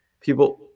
people